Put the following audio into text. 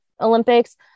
Olympics